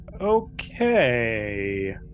Okay